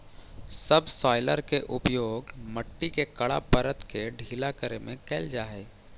subsoiler के उपयोग मट्टी के कड़ा परत के ढीला करे में कैल जा हई